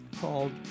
called